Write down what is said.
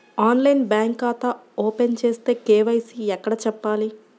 ఆన్లైన్లో బ్యాంకు ఖాతా ఓపెన్ చేస్తే, కే.వై.సి ఎక్కడ చెప్పాలి?